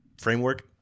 framework